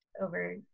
over